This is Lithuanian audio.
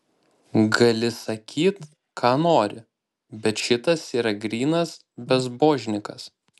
gali sakyt ką nori bet šitas yra grynas bezbožnikas